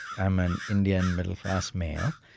i'm an indian, middle-class male,